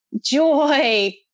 joy